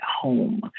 home